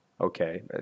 okay